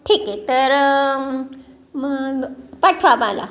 ठीक आहे तर मग पाठवा मला